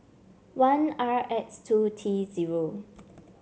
one R X two T zero